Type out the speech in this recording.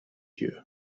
you